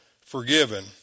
forgiven